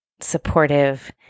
supportive